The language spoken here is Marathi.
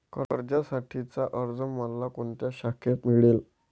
कर्जासाठीचा अर्ज मला कोणत्या शाखेत मिळेल?